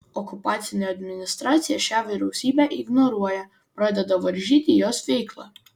okupacinė administracija šią vyriausybę ignoruoja pradeda varžyti jos veiklą